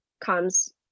comes